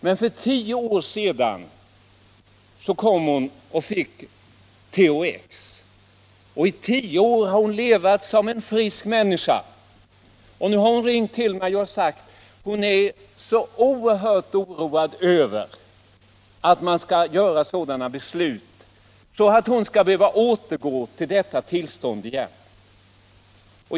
Men för 10 år sedan fick hon THX, och i 10 år har hon nu levt som en frisk människa. Hon har ringt till mig för att hon är så oerhört oroad för att vi skall fatta sådana beslut att hon skall behöva återgå till detta tillstånd igen.